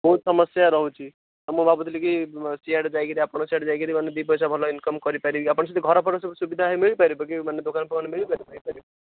ବହୁତ ସମସ୍ୟା ରହୁଛି ମୁଁ ଭାବୁଥିଲି କି ସିଆଡ଼େ ଯାଇକିରି ଆପଣ ସିଆଡ଼େ ଯାଇକିରି ମାନେ ଦୁଇ ପଇସା ଭଲ ଇନ୍କମ୍ କରିପାରିବି ଆପଣ ସେଇଠି ଘର ଫର ସବୁ ସୁବିଧାରେ ମିଳିପାରିବ କି ମାନେ ଦୋକାନ ଫୋକାନ ମିଳିପାରିବ କି